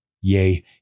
Yea